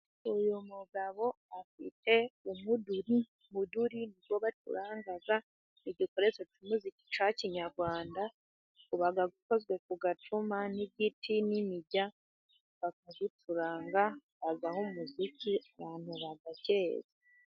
Uyu mugabo afite umuduri, umuduri ni wo bacuranga, igikoresho cy'umuziki cya kinyarwanda, uba ukozwe ku gacuma, n'igiti, n'imirya, akawucuranga, agaha umuziki abantu bagaceza.